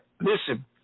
Listen